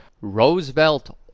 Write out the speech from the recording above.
Roosevelt